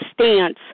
stance